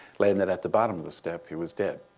landed at the bottom of the step. he was dead.